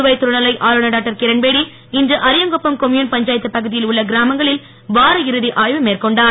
புதுவை துணை நிலை ஆளுநர் டாக்டர் கிரண்பேடி இன்று அரியாங்குப்பம் கொம்யூன் பஞ்சாயத்து பகுதியில் உள்ள இராமங்களில் வார இறுதி ஆய்வு மேற்கொண்டார்